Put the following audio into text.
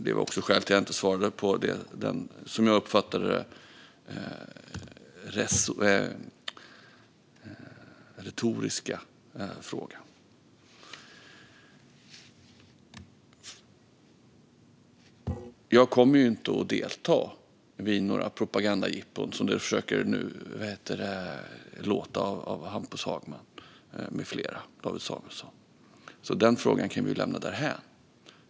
Det var skälet till att jag inte svarade på den, som jag uppfattade det, retoriska frågan. Jag kommer inte att delta i några propagandajippon, som Hampus Hagman och David Samuelsson försöker få det att låta som. Den frågan kan vi lämna därhän.